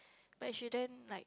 but you shouldn't like